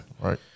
Right